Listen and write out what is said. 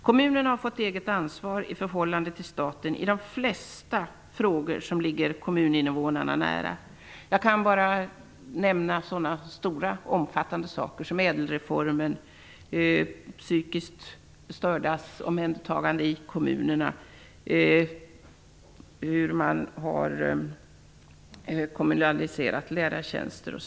Kommunerna har fått ett eget ansvar i förhållande till staten i de flesta frågor som ligger kommuninnevånarna nära. Jag kan bara nämna ÄDEL-reformen, omhändertagandet av psykiskt störda och kommunaliseringen av lärartjänsterna.